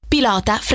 Pilota